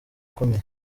ukomeye